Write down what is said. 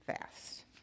fast